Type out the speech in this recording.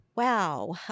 Wow